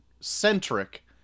centric